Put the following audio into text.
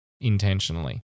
intentionally